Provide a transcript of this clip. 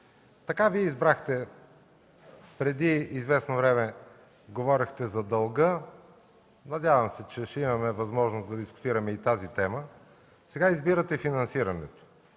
Така Вие избрахте преди известно време и говорехте за дълга. Надявам се, че ще имаме възможност да дискутираме и тази тема. Сега избирате финансирането.